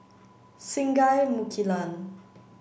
Singai Mukilan